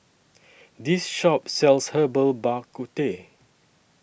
This Shop sells Herbal Bak Ku Teh